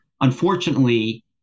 unfortunately